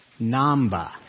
Namba